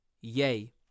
Yay